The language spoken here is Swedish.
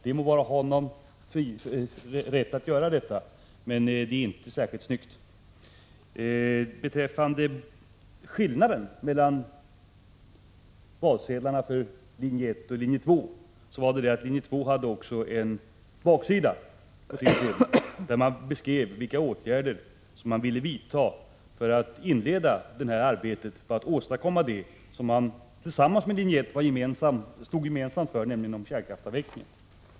Det må vara hans rätt att göra detta, men det är inte särskilt snyggt. Skillnaderna mellan valsedlarna för linje 1 och linje 2 var att linje 2 också hade en baksida, där man beskrev vilka åtgärder man ville vidta för att inleda arbetet på att åstadkomma det som man gemensamt med linje 1 stod för, nämligen kärnkraftsavvecklingen.